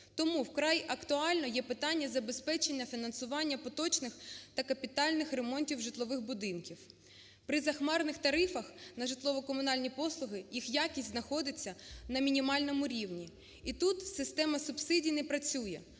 Тому вкрай актуальне є питання забезпечення фінансування поточних та капітальних ремонтів житлових будинків. При захмарних тарифах на житлово-комунальні послуги їх якість знаходиться на мінімальному рівні. І тут система субсидій не працює,